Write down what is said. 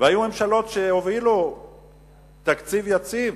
והיו ממשלות שהובילו תקציב יציב,